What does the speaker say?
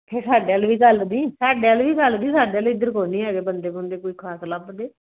ਫਿਰ ਸਾਡੇ ਵੱਲ ਵੀ ਘੱਲਦੀ ਸਾਡੇ ਵੱਲ ਵੀ ਘੱਲਦੀ ਸਾਡੇ ਵੱਲ ਇੱਧਰ ਕੋਈ ਨਹੀਂ ਹੈਗੇ ਬੰਦੇ ਬੁੰਦੇ ਕੋਈ ਖ਼ਾਸ ਲੱਭਦੇ